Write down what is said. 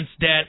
debt